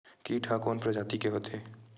कीट ह कोन प्रजाति के होथे?